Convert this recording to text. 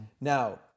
Now